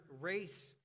race